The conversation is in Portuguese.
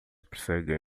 perseguem